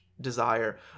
desire